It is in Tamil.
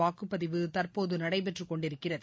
வாக்குப்பதிவு தற்போதுநடைபெற்றுகொண்டிருக்கிறது